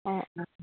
অঁ অঁ